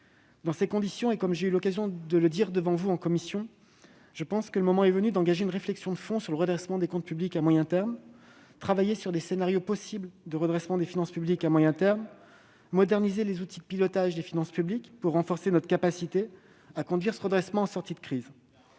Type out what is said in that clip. C'est pourquoi, comme je l'ai déjà annoncé à votre commission, je considère que le moment est venu d'engager une réflexion de fond sur le redressement des comptes publics à moyen terme. À cette fin, nous devons travailler sur des scénarios possibles de redressement des finances publiques à moyen terme et moderniser les outils de pilotage des finances publiques, pour renforcer notre capacité à conduire ce redressement en sortie de crise.